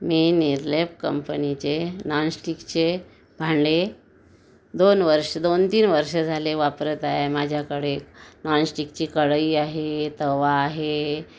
मी निर्लेप कंपनीचे नॉनस्टिकचे भांडे दोन वर्षे दोन तीन वर्षे झाले वापरत आहे माझ्याकडे नॉनस्टिकची कढई आहे तवा आहे